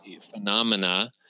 phenomena